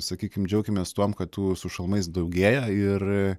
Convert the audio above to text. sakykime džiaukimės tuom kad tų su šalmais daugėja ir